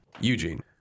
eugene